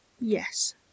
Yes